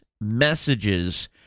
messages